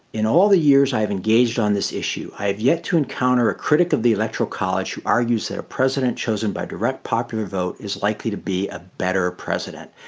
in all the years i have engaged on this issue, i've yet to encounter a critic of the electoral college argues that a president chosen by direct popular vote is likely to be a better president.